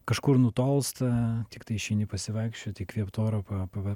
kažkur nutolsta tiktai išeini pasivaikščiot įkvėpt oro pa pa pa